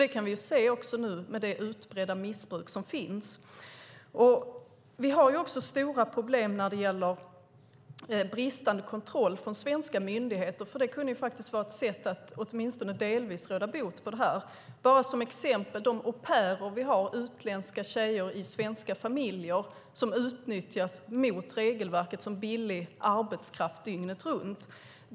Det kan vi se nu med det utbredda missbruk som finns. Vi har också stora problem när det gäller bristande kontroll från svenska myndigheter. Det kunde annars vara ett sätt att åtminstone delvis råda bot på det här. Ett exempel är de au pairer vi har, utländska tjejer i svenska familjer, som utnyttjas mot regelverket som billig arbetskraft dygnet runt.